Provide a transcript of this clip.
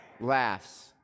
laughs